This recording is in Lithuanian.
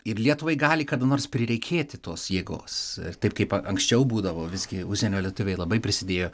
ir lietuvai gali kada nors prireikėti tos jėgos taip kaip anksčiau būdavo visgi užsienio lietuviai labai prisidėjo